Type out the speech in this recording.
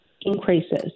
increases